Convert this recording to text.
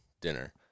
dinner